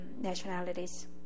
nationalities